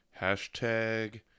Hashtag